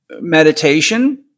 meditation